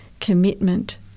commitment